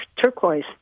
turquoise